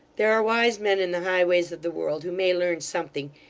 there are wise men in the highways of the world who may learn something,